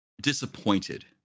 disappointed